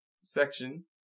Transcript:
section